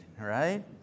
right